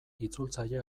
itzultzaile